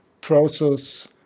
process